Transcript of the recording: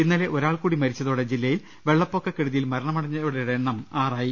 ഇന്നലെ ഒരാൾ കൂടി മരിച്ചതോടെ ജില്ലയിൽ വെള്ളപ്പൊക്കക്കെടുതിയിൽ മരണമട ഞ്ഞവരുടെ എണ്ണം ആറായി